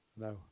no